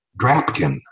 Drapkin